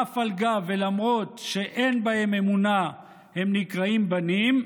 ולמרות שאין בהם אמונה הם נקראים בנים,